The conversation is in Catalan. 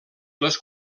les